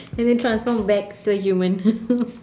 and then transform back to a human